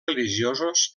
religiosos